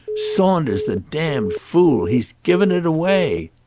saunders, the damned fool! he's given it away.